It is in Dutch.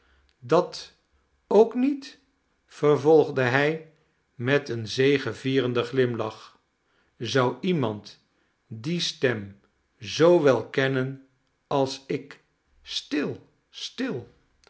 dat ook niet vervolgde hij met een zegevierenden glimlach zou iemand die stem zoo wel kennen als ik stil stil